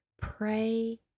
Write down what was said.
pray